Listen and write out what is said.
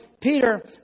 Peter